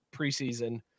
preseason